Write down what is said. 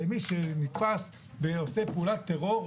הרי מי שנתפס עושה פעולת טרור,